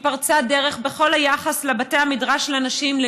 היא פרצה דרך בכל היחס לבתי המדרש לנשים,